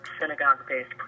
synagogue-based